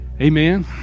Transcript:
amen